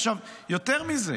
עכשיו, יותר מזה.